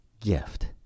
gift